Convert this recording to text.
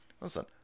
Listen